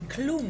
וכלום